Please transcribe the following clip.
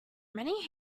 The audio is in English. many